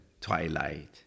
twilight